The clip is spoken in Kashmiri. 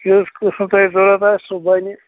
یُس قٔسٕم تۄہہِ ضروٗرت آسہِ سُہ بَنہِ